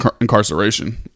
incarceration